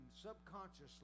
subconsciously